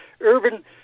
urban